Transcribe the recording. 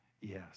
Yes